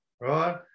right